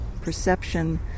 perception